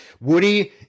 Woody